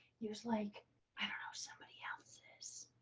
he was like, i don't know somebody else's.